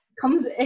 comes